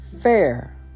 fair